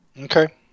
Okay